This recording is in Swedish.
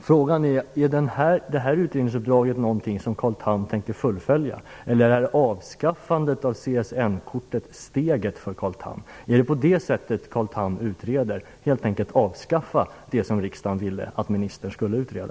Frågan är: Är det här utredningsuppdraget någonting som Carl Tham tänker fullfölja, eller är avskaffandet av CSN-kortet steget för Carl Tham? Är det på det sättet Carl Tham utreder, att helt enkelt avskaffa det som riksdagen ville att ministern skulle utreda?